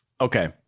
okay